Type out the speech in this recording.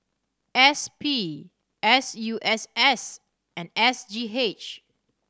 S P S U S S and S G H